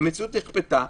המציאות נכפתה.